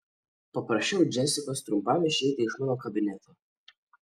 paprašiau džesikos trumpam išeiti iš mano kabineto